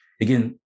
again